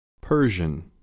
Persian